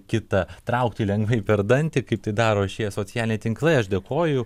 kitą traukti lengvai per dantį kaip tai daro šie socialiniai tinklai aš dėkoju